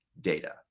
data